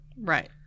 Right